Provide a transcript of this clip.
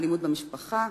אלימות במשפחה,